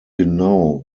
genau